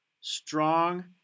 strong